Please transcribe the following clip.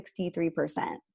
63%